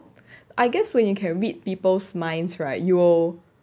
I guess when you can read people's minds right you will